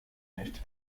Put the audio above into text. nicht